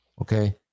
Okay